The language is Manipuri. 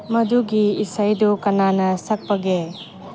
ꯃꯗꯨꯒꯤ ꯏꯁꯩꯗꯨ ꯀꯅꯥꯅ ꯁꯛꯄꯒꯦ